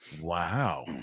Wow